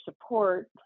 support